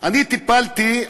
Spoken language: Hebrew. אני טיפלתי,